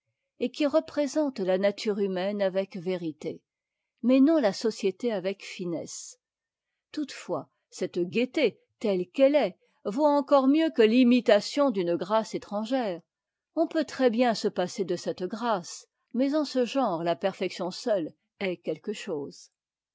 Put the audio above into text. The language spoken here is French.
et qui représentent la nature humaine avec vérité mais non la société avec finesse toutefois cette gaieté telle qu'elle est vaut encore mieux que l'imitation d'une grâce étrangère on peut très-bien se passer de cette grâce mais en ce genre la perfection seule est quelque chose